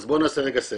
אז בואו נעשה רגע סדר.